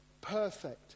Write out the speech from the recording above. perfect